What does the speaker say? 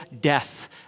death